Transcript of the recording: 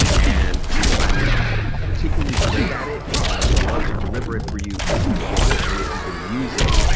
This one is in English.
and i'm particularly great at it and i would love to deliver it for you if you want it and if you can use it.